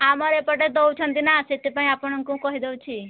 ଆମର ଏପଟେ ଦେଉଛନ୍ତି ନା ସେଥିପାଇଁ ଆପଣଙ୍କୁ କହିଦେଉଛି